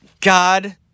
god